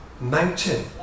mountain